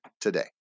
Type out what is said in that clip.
today